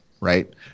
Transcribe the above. right